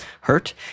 hurt